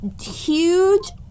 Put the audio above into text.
huge